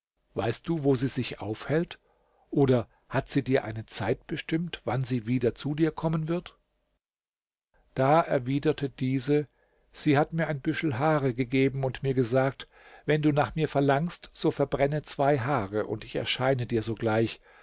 weißt du wo sie sich aufhält oder hat sie dir eine zeit bestimmt wann sie wieder zu dir kommen wird da erwiderte diese sie hat mir ein büschel haare gegeben und mir gesagt wenn du nach mir verlangst so verbrenne zwei haare und ich erscheine dir sogleich